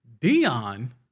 Dion